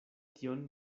tion